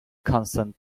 constant